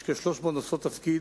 יש כ-300 נושאות תפקיד,